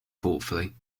thoughtfully